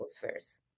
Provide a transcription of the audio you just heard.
first